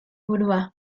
burua